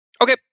Okay